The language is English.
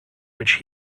which